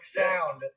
sound